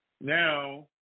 Now